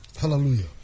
Hallelujah